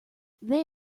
they